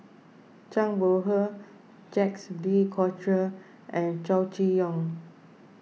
Zhang Bohe Jacques De Coutre and Chow Chee Yong